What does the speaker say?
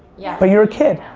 yeah but you're a kid.